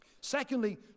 Secondly